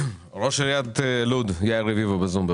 ראש עיריית לוד, יאיר רביבו, נמצא בזום.